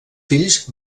fills